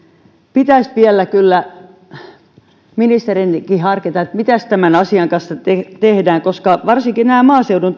pitäisi vielä kyllä ministerinkin harkita mitäs tämän asian kanssa tehdään koska varsinkin näistä maaseudun